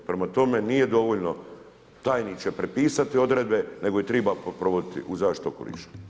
Prema tome, nije dovoljno, tajniče prepisati odredbe, nego ih treba provoditi u zaštiti okoliša.